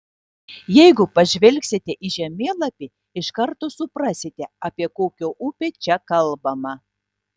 jeigu pažvelgsite į žemėlapį iš karto suprasite apie kokią upę čia kalbama